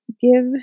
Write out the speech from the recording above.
give